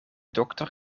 dokter